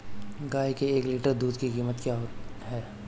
गाय के एक लीटर दूध की कीमत क्या है?